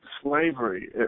Slavery